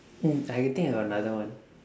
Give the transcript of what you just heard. mm I think I got another one